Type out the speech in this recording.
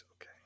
Okay